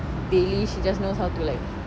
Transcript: bailey she just knows how to like